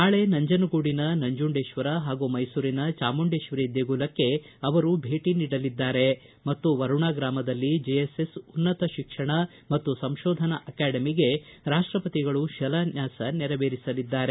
ನಾಳೆ ನಂಜನಗೂಡಿನ ನಂಜುಂಡೇತ್ವರ ಹಾಗೂ ಮೈಸೂರಿನ ಚಾಮುಂಡೇಶ್ವರಿ ದೇಗುಲಕ್ಕೆ ಅವರು ಭೇಟಿ ನೀಡಲಿದ್ದಾರೆ ಮತ್ತು ವರುಣ ಗ್ರಾಮದಲ್ಲಿ ಜೆಎಸ್ಎಸ್ ಉನ್ನತ ಶಿಕ್ಷಣ ಮತ್ತು ಸಂಶೋಧನಾ ಅಕಾಡೆಮಿಗೆ ರಾಷ್ಟಪತಿಗಳು ಶಿಲಾನ್ಯಾಸ ನೆರವೇರಿಸಲಿದ್ದಾರೆ